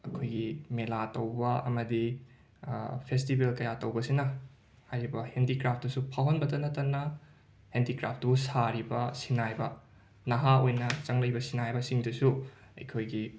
ꯑꯩꯈꯣꯏꯒꯤ ꯃꯦꯂꯥ ꯇꯧꯕ ꯑꯃꯗꯤ ꯐꯦꯁꯇꯤꯕꯦꯜ ꯀꯌꯥ ꯇꯧꯕꯁꯤꯅ ꯍꯥꯏꯔꯤꯕ ꯍꯦꯟꯗꯤꯀ꯭ꯔꯥꯐꯇꯨꯁꯨ ꯐꯥꯎꯍꯟꯕꯇ ꯅꯠꯇꯅ ꯍꯦꯟꯗꯤꯀ꯭ꯔꯥꯐꯇꯨ ꯁꯥꯔꯤꯕ ꯁꯤꯟꯅꯥꯏꯕ ꯅꯍꯥ ꯑꯣꯏꯅ ꯆꯪꯂꯛꯂꯤꯕ ꯁꯤꯟꯅꯥꯏꯕꯁꯤꯡꯗꯨꯁꯨ ꯑꯩꯈꯣꯏꯒꯤ